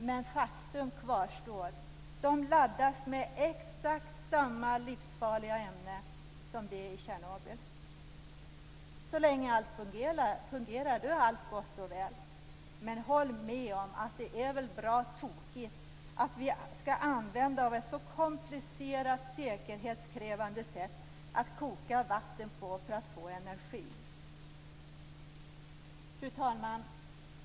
Men faktum kvarstår: de laddas med exakt samma livsfarliga ämne som det i Tjernobyl. Så länge allt fungerar är allt gott och väl. Men håll med om att det är bra tokigt att vi skall använda oss av ett så komplicerat, säkerhetskrävande sätt att koka vatten på för att få energi. Fru talman!